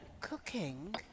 cooking